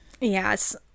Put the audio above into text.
Yes